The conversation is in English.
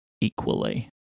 equally